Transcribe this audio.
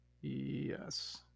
Yes